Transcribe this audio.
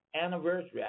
anniversary